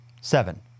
Seven